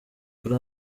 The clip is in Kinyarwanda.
kuri